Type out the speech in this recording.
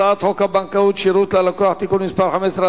הצעת חוק הבנקאות (שירות ללקוח) (תיקון מס' 15),